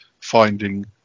finding